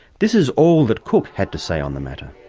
this is all that cook had to say on the matter.